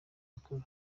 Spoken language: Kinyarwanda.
mukuru